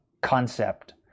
concept